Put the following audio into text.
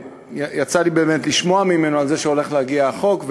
יצא לי באמת לשמוע ממנו על זה שהולך להגיע החוק,